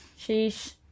sheesh